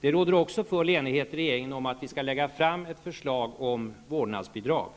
Det råder också full enighet i regeringen om att vi skall lägga fram ett förslag om vårdnadsbidrag.